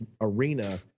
arena